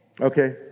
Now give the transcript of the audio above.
Okay